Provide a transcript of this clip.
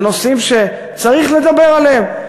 על נושאים שצריך לדבר עליהם.